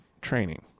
training